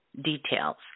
details